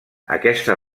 aquesta